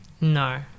No